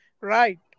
Right